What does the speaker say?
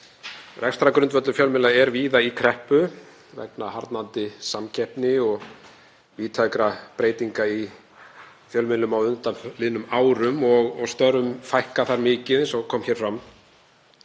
Rekstrargrundvöllur fjölmiðla er víða í kreppu vegna harðnandi samkeppni og víðtækra breytinga í fjölmiðlum á undanliðnum árum og störfum fækkað þar mikið, eins og kom fram.